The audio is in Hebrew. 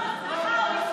לא, לא.